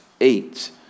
eight